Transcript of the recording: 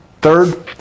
Third